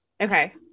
okay